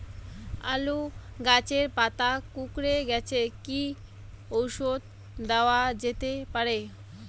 আলু গাছের পাতা কুকরে গেছে কি ঔষধ দেওয়া যেতে পারে?